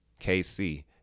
KC